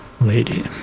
lady